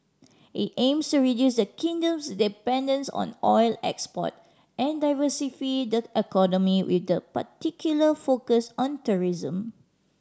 it aims to reduce the Kingdom's dependence on oil export and diversify the economy with a particular focus on tourism